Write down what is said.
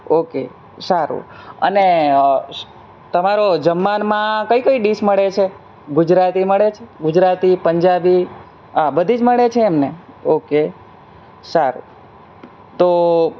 okay સારું અને તમારો જમવામાં કઈ કઈ ડિશ મળે છે ગુજરાતી મળે છે ગુજરાતી પંજાબી બધી જ મળે છે એમ ને ઓકે સારું તો